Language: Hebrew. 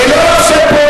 אני לא אאפשר פה